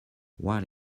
while